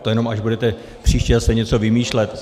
To jenom až budete příště zase něco vymýšlet.